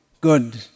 good